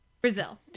Brazil